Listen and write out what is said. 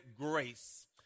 grace